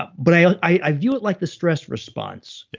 but but i i view it like the stress response.